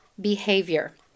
behavior